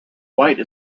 white